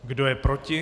Kdo je proti?